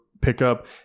pickup